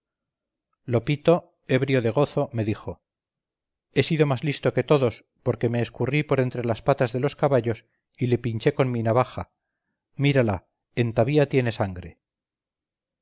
lopito ebrio de gozo me dijo he sido más listo que todos porque me escurrí por entre las patas de los caballos y le pinché con mi navaja mírala entavía tiene sangre